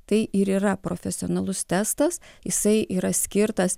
tai ir yra profesionalus testas jisai yra skirtas